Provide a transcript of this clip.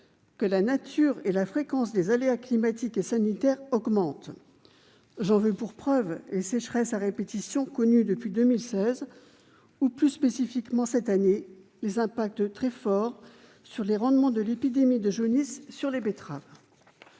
que la nature et la fréquence des aléas climatiques et sanitaires augmentent. J'en veux pour preuve les sécheresses à répétition connues depuis 2016 ou, plus spécifiquement cette année, les impacts très forts sur les rendements de l'épidémie de jaunisse sur les betteraves.